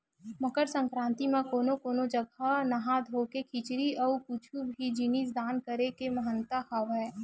मकर संकरांति म कोनो कोनो जघा नहा धोके खिचरी अउ कुछु भी जिनिस दान करे के महत्ता हवय